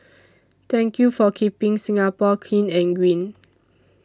thank you for keeping Singapore clean and green